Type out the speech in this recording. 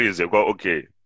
okay